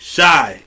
Shy